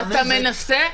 אתה מנסה.